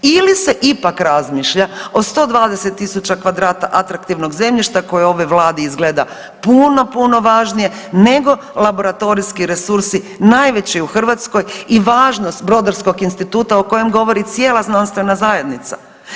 Ili se ipak razmišlja o 120 tisuća kvadrata atraktivnog zemljišta kojoj ovoj Vladi, izgleda puno puno važnije, nego laboratorijski resursi najveći u Hrvatskoj i važnost Brodarskog instituta o kojem govori cijela znanstvena zajednica.